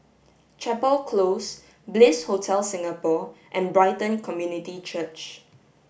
Chapel Close Bliss Hotel Singapore and Brighton Community Church